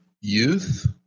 youth